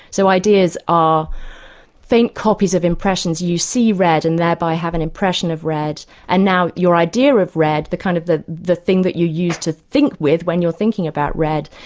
so ideas are faint copies of impressions you see red and thereby have an impression of red, and now your idea of red, the kind of the the thing that you used to think with, when you're thinking about red,